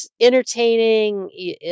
entertaining